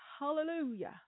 hallelujah